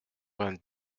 vingt